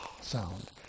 sound